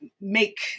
make